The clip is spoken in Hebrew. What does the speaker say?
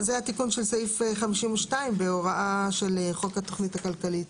זה התיקון של סעיף 52 בהוראה של חוק התוכנית הכלכלית.